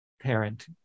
parent